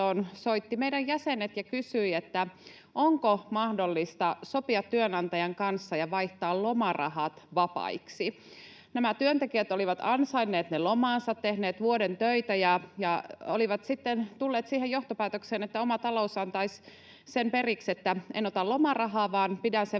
soittivat meidän jäsenet ja kysyivät, onko mahdollista sopia työnantajan kanssa ja vaihtaa lomarahat vapaiksi. Nämä työntekijät olivat ansainneet ne lomansa, tehneet vuoden töitä ja sitten tulleet siihen johtopäätökseen, että oma talous antaisi sen periksi, että ei ota lomarahaa vaan pitää sen